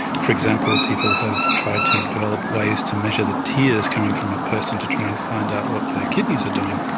for example, people have tried to develop ways to measure the tears coming from a person to try and find out what their kidneys are doing.